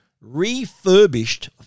refurbished